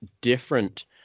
different